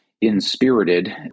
inspirited